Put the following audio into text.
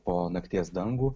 po nakties dangų